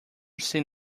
seen